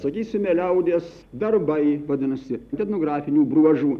sakysime liaudies darbai vadinasi etnografinių bruožų